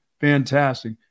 fantastic